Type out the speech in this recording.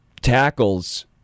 tackles